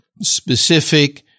specific